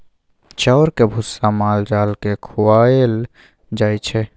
चाउरक भुस्सा माल जाल केँ खुआएल जाइ छै